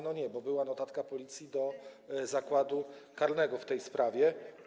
No nie, bo była notatka Policji do zakładu karnego w tej sprawie.